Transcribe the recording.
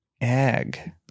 egg